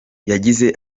yagize